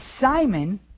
Simon